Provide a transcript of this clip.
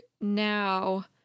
now